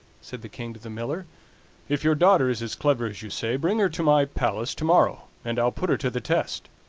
said the king to the miller if your daughter is as clever as you say, bring her to my palace to-morrow, and i'll put her to the test.